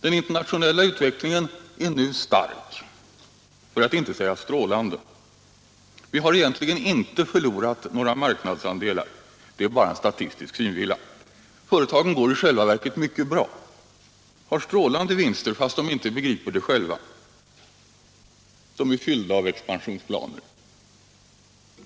Den internationella utvecklingen är nu stark, för att inte säga strålande. Vi har egentligen inte förlorat några marknadsandelar, det är bara en statistisk synvilla. Företagen går i själva verket mycket bra. De har strålande vinster, fast de inte begriper det själva, och de är uppfyllda av expansionsplaner.